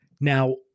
Now